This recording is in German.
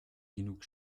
genug